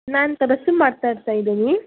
ನಾನು ತಬಸಮ್ ಮಾತಾಡ್ತ ಇದ್ದೀನಿ